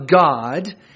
God